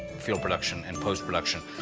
field production, and post-production.